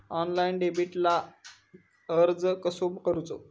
Online डेबिटला अर्ज कसो करूचो?